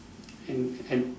and and